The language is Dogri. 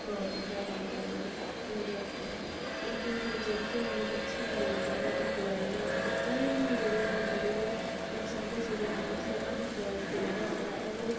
प्राब्लम ऐ ही पैह्लें हून इ'यां गै जेह्ड़ी ऐ मैक्सीमम लोक जेहड़े इंप्लायड हैन ते अजें बी जेह्ड़े हैन बड़े गै जैदा जेह्ड़े यूथ ऐ ओह् अन इंप्लायड पेदा ऐ ओह्